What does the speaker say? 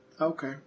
Okay